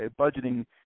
budgeting